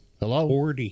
hello